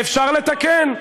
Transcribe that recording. ואפשר לתקן,